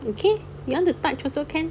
okay you want to touch also can